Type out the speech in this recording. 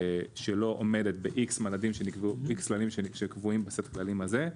שלא עומדת באיקס מדדים שקבועים בסט הכללים הזה,